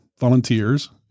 volunteers